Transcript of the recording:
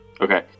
Okay